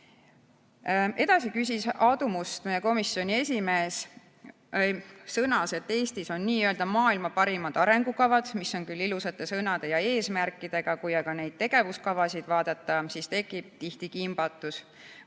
Edasi, Aadu Must, meie komisjoni esimees, sõnas, et Eestis on n‑ö maailma parimad arengukavad, mis on küll ilusate sõnade ja eesmärkidega, kui aga neid tegevuskavasid vaadata, siis tekib tihti kimbatus.